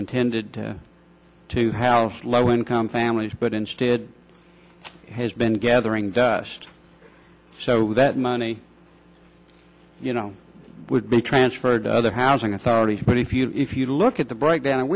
intended to house low income families but instead has been gathering dust so that money you know would be transferred to other housing authority but if you if you look at the breakdown